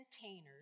containers